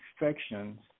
infections